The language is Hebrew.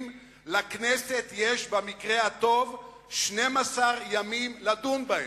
לכנסת יש במקרה הטוב 12 ימים לדון בהם.